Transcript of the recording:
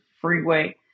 freeway